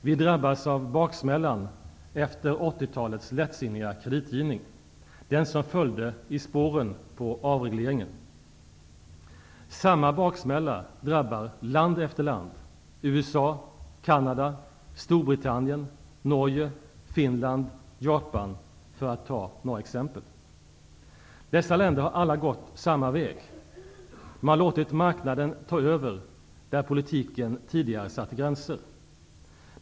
Vi drabbas av baksmällan efter 80-talets lättsinniga kreditgivning, den som följde i spåren på avregleringen. Samma baksmälla drabbar land efter land: USA, Canada, Storbritannien, Norge, Finland, Japan, för att ta några exempel. Dessa länder har alla gått samma väg. De har låtit marknaden ta över där politiken tidigare satte gränser.